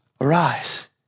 arise